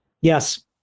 yes